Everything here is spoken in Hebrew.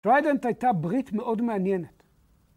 ‫טריידנט הייתה ברית מאוד מעניינת.